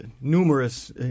numerous